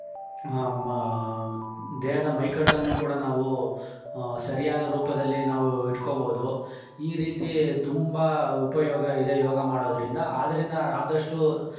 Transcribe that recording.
ದೇಹದ ಮೈಕಟ್ಟನ್ನು ಕೂಡ ನಾವು ಸರಿಯಾದ ರೂಪದಲ್ಲಿ ನಾವು ಇಟ್ಕೊಬೋದು ಈ ರೀತಿ ತುಂಬ ಉಪಯೋಗ ಇದೆ ಯೋಗ ಮಾಡೋದರಿಂದ ಆದ್ದರಿಂದ ಆದಷ್ಟು